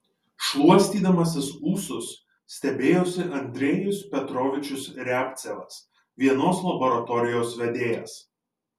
šluostydamasis ūsus stebėjosi andrejus petrovičius riabcevas vienos laboratorijos vedėjas